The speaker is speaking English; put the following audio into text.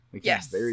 Yes